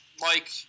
Mike